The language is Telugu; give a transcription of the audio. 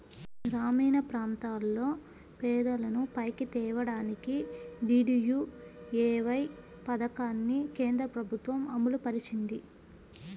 గ్రామీణప్రాంతాల్లో పేదలను పైకి తేడానికి డీడీయూఏవై పథకాన్ని కేంద్రప్రభుత్వం అమలుపరిచింది